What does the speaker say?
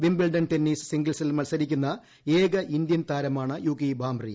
Wimbledon tennis സിംഗിൾസിൽ മത്സരിക്കുന്ന ഏക ഇന്ത്യൻ താരമാണ് യുകി ഭാംബ്രി